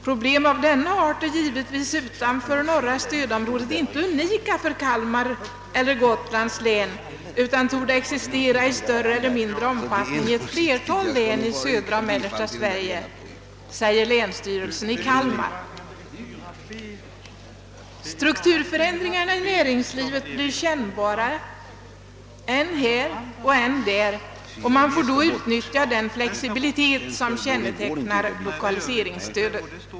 Problem av denna art är utanför norra stödområdet givetvis inte unika för Kalmar län eller Gotlands län utan torde existera i större eller mindre omfattning i ett flertal län i södra och mellersta Sverige, säger länsstyrelsen i Kalmar. Strukturförändringar "i näringslivet blir kännbara än här och än där, och man får då utnyttja den flexibilitet som kännetecknar lokaliseringsstödet.